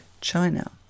china